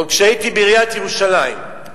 עוד כשהייתי בעיריית ירושלים,